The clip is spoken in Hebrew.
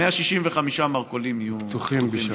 165 מרכולים יהיו פתוחים בשבת,